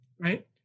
right